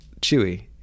chewy